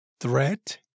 Threat